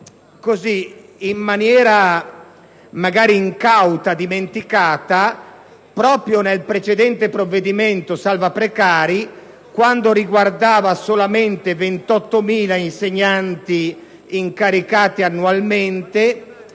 magari incauta - nel precedente provvedimento salva-precari (che riguardava «solamente» 28.000 insegnanti incaricati annualmente)